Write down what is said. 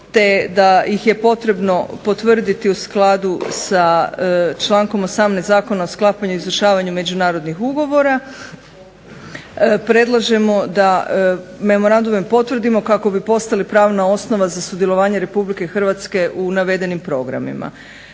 te da ih je potrebno potvrditi u skladu sa člankom 18. Zakona o sklapanju i izvršavanju međunarodnih ugovora predlažemo da memorandume potvrdimo kako bi postali pravna osnova za sudjelovanje RH u navedenim programima.